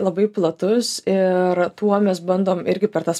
labai platus ir tuo mes bandom irgi per tas